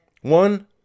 one